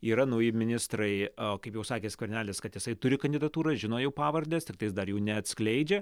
yra nauji ministrai a kaip jau sakė skvernelis kad jisai turi kandidatūrą žinojo pavardes kartais dar jų neatskleidžia